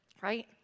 Right